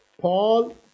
Paul